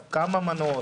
כמה מנות?